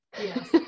Yes